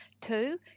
Two